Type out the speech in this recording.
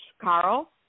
Carl